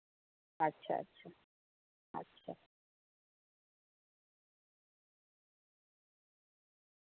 ᱟᱪᱪᱷᱟ ᱟᱪᱪᱷᱟ ᱟᱪᱪᱷᱟ